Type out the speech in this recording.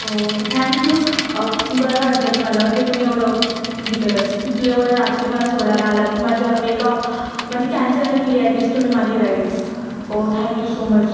हो thank you बरं वाटलं तुम्हाला म्हणजे तुम्ही एवढं हे केलंत तिथलं एवढं रात्री मला सोडायला आलात माझ्या एका म्हणजे कॅन्सल नाही केली ॲटलिस्ट तुम्ही माझी राईड ओ थँक यू सो मच